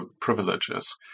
privileges